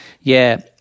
yeah-